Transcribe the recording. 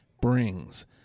Brings